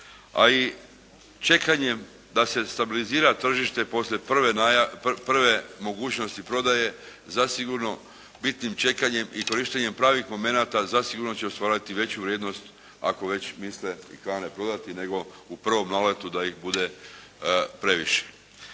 A i čekanjem da se stabilizira tržište poslije prve mogućnosti prodaje zasigurno bitnim čekanjem i korištenjem pravih momenata zasigurno će ostvariti veću vrijednost ako već misle i kane prodati, nego u prvom naletu da ih bude previše.